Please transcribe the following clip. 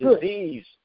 disease